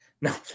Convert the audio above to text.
No